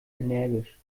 energisch